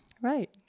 Right